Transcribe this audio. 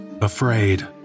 afraid